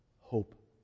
hope